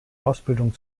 ausbildung